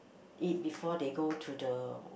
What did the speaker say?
it before they go to the